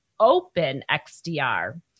OpenXDR